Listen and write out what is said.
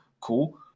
Cool